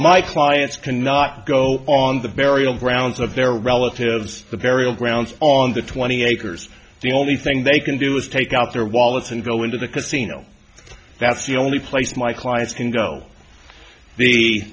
my clients cannot go on the burial grounds of their relatives the burial grounds on the twenty acres the only thing they can do is take out their wallets and go into the casino that's the only place my clients can go